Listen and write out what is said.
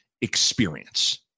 experience